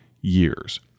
years